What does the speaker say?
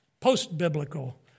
post-biblical